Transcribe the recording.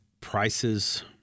Prices